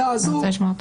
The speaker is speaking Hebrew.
בית המשפט העליון,